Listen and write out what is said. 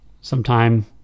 sometime